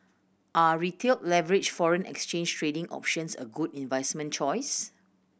are Retail leveraged foreign exchange trading options a good investment choice